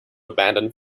abandon